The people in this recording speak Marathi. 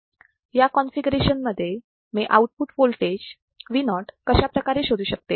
या कॉन्फिगरेशन मध्ये मी आउटपुट वोल्टेज Vo कशाप्रकारे शोधु शकते